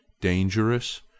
dangerous